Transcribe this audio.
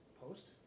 post